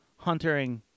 huntering